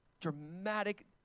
dramatic